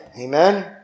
Amen